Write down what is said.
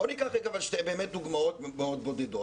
בואו ניקח באמת דוגמאות בודדות,